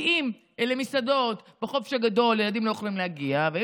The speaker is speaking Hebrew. כי אם בחופש הגדול ילדים לא יכולים להגיע למסעדות,